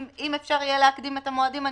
אם אפשר יהיה להקדים את המועדים,